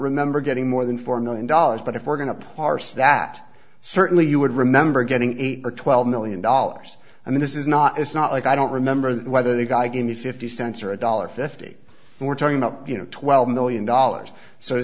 remember getting more than four million dollars but if we're going to parse that certainly you would remember getting eight or twelve million dollars i mean this is not it's not like i don't remember whether the guy gave me fifty cents or a dollar fifty we're talking about you know twelve million dollars so to